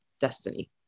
destiny